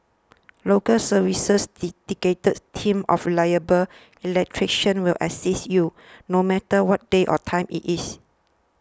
Local Service's dedicated team of reliable electricians will assist you no matter what day or time it is